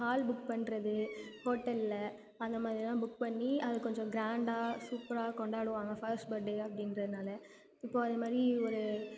hall book பண்ணுறது ஹோட்டலில் அந்த மாதிரிலாம் புக் பண்ணி அது கொஞ்சம் கிராண்டா சூப்பராக கொண்டாடுவாங்க ஃபஸ்ட் பர்டே அப்படின்றனால இப்போது அதே மாதிரி ஒரு